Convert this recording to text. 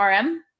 RM